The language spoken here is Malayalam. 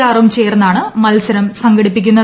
ആർ യും ചേർന്നാണ് മത്സരം സംഘടിപ്പിക്കുന്നത്